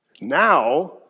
Now